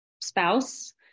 spouse